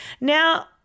Now